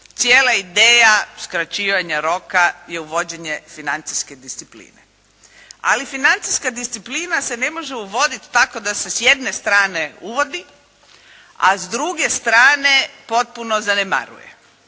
Cijela ideja skraćivanja roka i uvođenje financijske discipline. Ali, financijska disciplina se ne može uvoditi tako da se s jedne strane uvodi, a s druge strane potpuno zanemaruje.